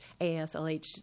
ASLH